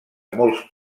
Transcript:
molts